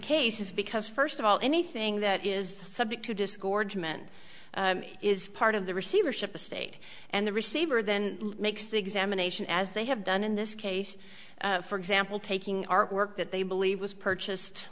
case is because first of all anything that is subject to disgorge men is part of the receivership estate and the receiver then makes the examination as they have done in this case for example taking artwork that they believe was purchased